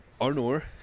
Arnor